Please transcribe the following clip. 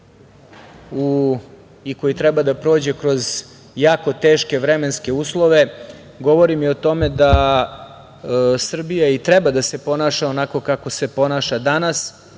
i koji treba da prođe kroz jako teške vremenske uslove, govorim i o tome da Srbija i treba da se ponaša onako kako se ponaša danas,